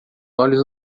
olhos